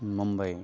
Mumbai